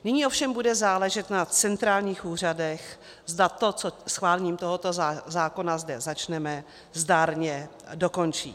Nyní ovšem bude záležet na centrálních úřadech, zda to, co schválením tohoto zákona zde začneme, zdárně dokončí.